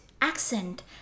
accent